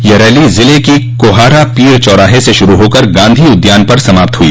यह रैली जिले की कोहारा पीर चौरोहे से शुरू होकर गॉधी उद्यान पर समाप्त हुई